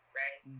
right